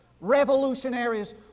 revolutionaries